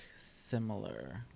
similar